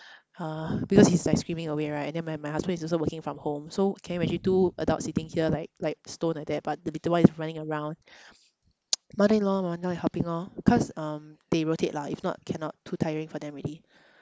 uh because he's like screaming away right and then my my husband is also working from home so can you imagine two adults sitting here like like stone like that but the little one is running around mother in-law mah now they helping lor cause um they rotate lah if not cannot too tiring for them already